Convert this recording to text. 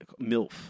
MILF